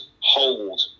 hold